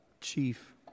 Chief